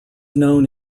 known